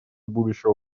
будущего